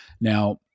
Now